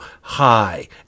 high